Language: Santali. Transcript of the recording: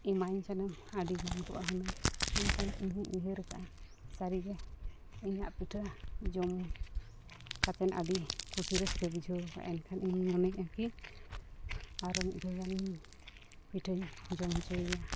ᱮᱢᱟᱹᱧ ᱠᱷᱟᱱᱮᱢ ᱟᱹᱰᱤ ᱜᱟᱱ ᱠᱚᱜᱼᱟ ᱦᱩᱱᱟᱹᱝ ᱢᱮᱱᱠᱷᱟᱱ ᱤᱧᱦᱩᱧ ᱩᱭᱦᱟᱹᱨᱟᱠᱟᱜᱼᱟ ᱥᱟᱹᱨᱤᱜᱮ ᱤᱧᱟᱹᱜ ᱯᱤᱴᱷᱟᱹ ᱡᱚᱢ ᱠᱟᱛᱮᱫ ᱟᱹᱰᱤ ᱠᱩᱥᱤ ᱨᱟᱹᱥᱠᱟᱹ ᱵᱩᱡᱷᱟᱹᱣᱟ ᱮᱱᱠᱷᱟᱱ ᱤᱧᱦᱩᱧ ᱢᱚᱱᱮᱭᱟ ᱟᱨᱠᱤ ᱟᱨᱚ ᱢᱤᱫ ᱫᱷᱟᱹᱣ ᱜᱟᱱᱤᱧ ᱯᱤᱴᱷᱟᱹᱭᱟ ᱡᱚᱢ ᱦᱚᱪᱚᱭᱮᱭᱟ